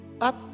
up